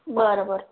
बरं बरं